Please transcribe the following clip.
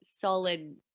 solid